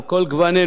על כל גוונינו,